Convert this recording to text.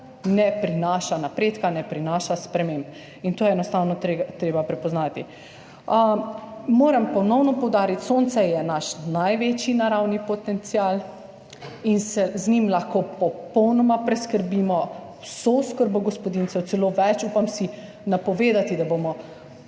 ne prinaša napredka, ne prinaša sprememb in to je enostavno treba prepoznati. Moram ponovno poudariti, sonce je naš največji naravni potencial in se z njim lahko popolnoma preskrbimo, vso oskrbo gospodinjstev, celo več, upam si napovedati, da bomo